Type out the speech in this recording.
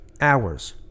hours